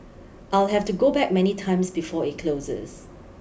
I'll have to go back many times before it closes